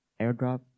airdrop